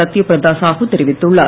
சத்யப்பிரதா சாஹு தெரிவித்துள்ளார்